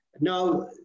now